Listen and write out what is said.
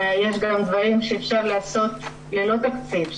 יש גם דברים שאפשר לעשות ללא תקציב,